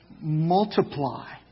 multiply